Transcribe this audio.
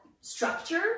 structure